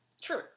True